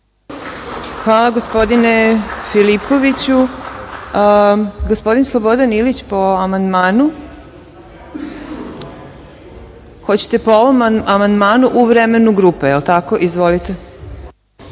Hvala, gospodine Filipoviću. Gospodin Slobodan Ilić, po amandmanu. Hoćete po ovom amandmanu u vremenu grupe? (Da.)Izvolite.